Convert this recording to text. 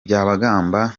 byabagamba